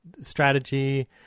strategy